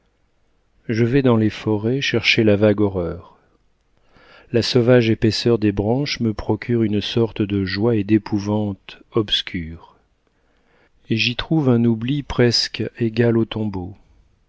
je vais dans les forêts chercher la vague horreur la sauvage épaisseur des branches me procure une sorte de joie et d'épouvante obscure et j'y trouve un oubli presque égal au tombeau